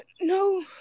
No